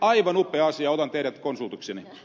aivan upea asia otan teidät konsultikseni